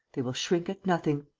they will shrink at nothing.